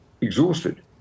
exhausted